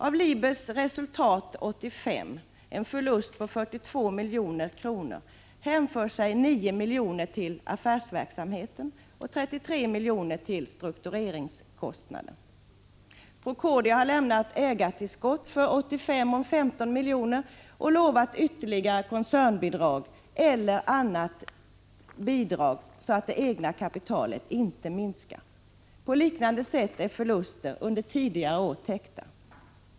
Av Libers resultat 1985 — en förlust på 42 milj.kr. — hänför sig 9 miljoner till affärsverksamheten och 33 miljoner till struktureringskostnader. Procordia har lämnat ägartillskott för 1985 om 15 miljoner och utlovat ytterligare koncernbidrag eller annat tillskott så att det egna kapitalet inte minskar. På liknande sätt är förluster under tidigare år täcka.